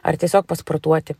ar tiesiog pasportuoti